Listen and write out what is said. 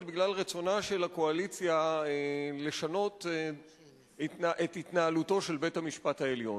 בגלל רצונה של הקואליציה לשנות את התנהלותו של בית-המשפט העליון.